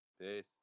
Peace